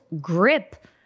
grip